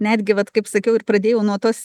netgi vat kaip sakiau ir pradėjau nuo tos